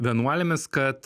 vienuolėmis kad